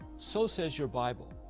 so says your bible.